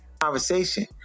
conversation